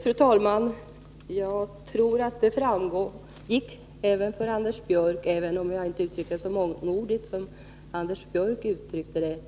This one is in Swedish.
Fru talman! Jag tror att det framgick av mitt anförande också för Anders Torsdagen den Björck — även om jag inte uttryckte mig så mångordigt som han — att vår 9 december